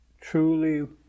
truly